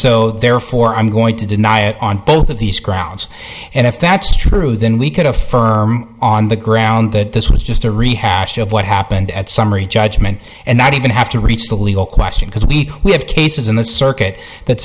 so therefore i'm going to deny it on both of these grounds and if that's true then we could affirm on the ground that this was just a rehash of what happened at summary judgment and not even have to reach the legal question because we have cases in the circuit that